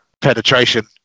penetration